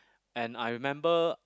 and I remember